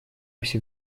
все